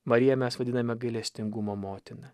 mariją mes vadiname gailestingumo motina